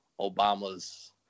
Obama's